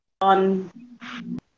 on